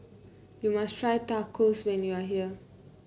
you must try Tacos when you are here